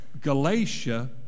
Galatia